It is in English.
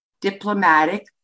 diplomatic